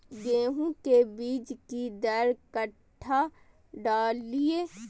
गेंहू के बीज कि दर कट्ठा डालिए?